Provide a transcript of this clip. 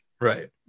right